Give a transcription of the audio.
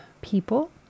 people